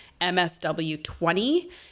MSW20